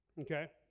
okay